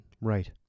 Right